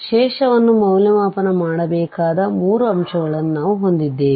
ಶೇಷವನ್ನು ಮೌಲ್ಯಮಾಪನ ಮಾಡಬೇಕಾದ ಮೂರು ಅಂಶಗಳನ್ನು ನಾವು ಹೊಂದಿದ್ದೇವೆ